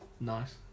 Nice